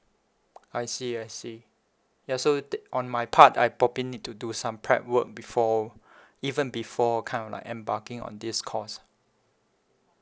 I see I see ya so th~ on my part I probably need to do some prep work before even before kind of like embarking on this course